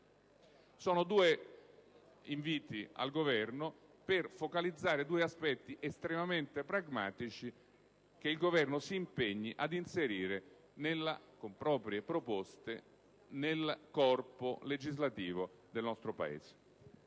inviti rivolti al Governo al fine di focalizzare due aspetti estremamente pragmatici che il Governo dovrebbe impegnarsi ad inserire con proprie proposte nel corpo legislativo del nostro Paese.